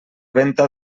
venta